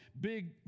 Big